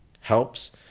helps